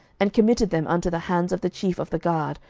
and committed them unto the hands of the chief of the guard,